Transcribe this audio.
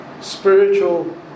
spiritual